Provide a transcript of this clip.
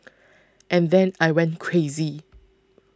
and then I went crazy